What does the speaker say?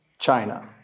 China